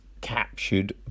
captured